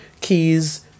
keys